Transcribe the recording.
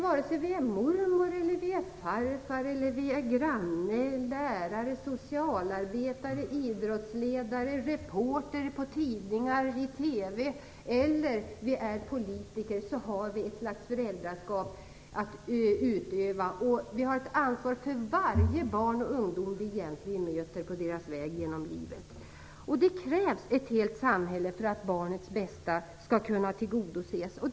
Vare sig vi är mormor eller farfar, granne, lärare, socialarbetare, idrottsledare, reporter på tidningar och TV eller politiker har vi ett slags föräldraskap att utöva. Vi har egentligen ett ansvar för varje barn och ungdom vi möter på deras väg genom livet. Det krävs ett helt samhälle för att barnets bästa skall kunna tillgodoses.